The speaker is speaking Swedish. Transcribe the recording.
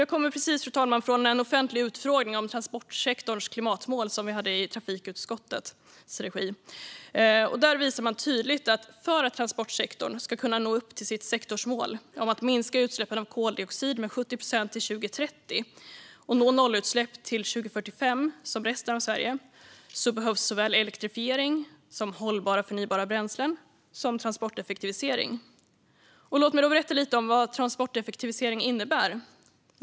Jag kommer precis från en offentlig utfrågning i trafikutskottets regi om transportsektorns klimatmål. Där visade man tydligt att för att transportsektorn ska kunna nå upp till sitt sektorsmål om att minska utsläppen av koldioxid med 70 procent till 2030 och nå nollutsläpp till 2045, som resten av Sverige, behövs såväl elektrifiering som hållbara, förnybara bränslen och transporteffektivisering. Låt mig då berätta lite om vad transporteffektivisering innebär.